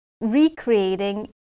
recreating